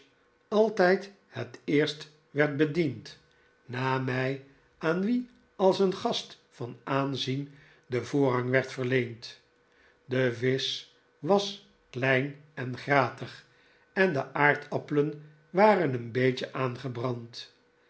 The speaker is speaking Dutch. altijd het eerst werd bediend na mij aan wien als een gast van aanzien de voorrang werd verleend de visch was klein en gratig en de aardappelen waren een beetje aangebrand